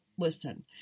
Listen